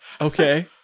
Okay